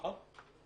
נכון.